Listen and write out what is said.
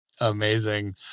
Amazing